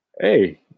hey